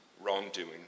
wrongdoing